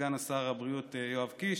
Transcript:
סגן שר הבריאות יואב קיש,